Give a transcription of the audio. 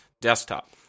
desktop